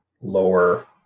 lower